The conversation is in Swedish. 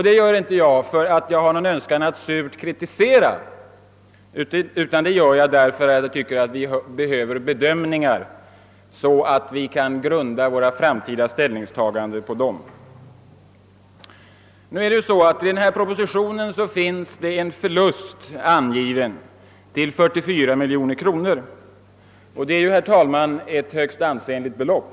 Det gör jag inte på grund av någon önskan att surt kritisera, utan därför att jag anser att vi behöver bedömningar på vilka vi kan grunda våra framtida ställningstaganden. I propositionen anges nu en förlust på 44 miljoner kronor som ju, herr talman, är ett högst ansenligt belopp.